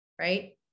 right